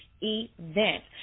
event